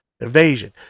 invasion